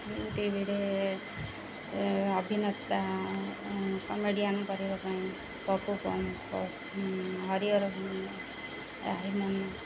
ଟିଭିରେ ଅଭିନେତା କମେଡ଼ିଆନ୍ କରିବା ପାଇଁ ପପୁ ପମ୍ପମ୍ ହରିହର